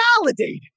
validated